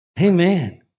Amen